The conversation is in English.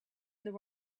there